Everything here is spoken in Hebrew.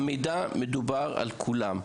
מדובר במידע על כולם,